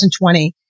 2020